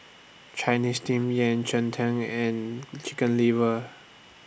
Chinese Steamed Yam Cheng Tng and Chicken Liver